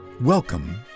Welcome